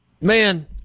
Man